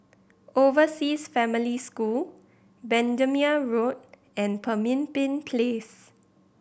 Overseas Family School Bendemeer Road and Pemimpin Place